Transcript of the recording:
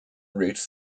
routes